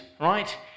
right